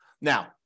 Now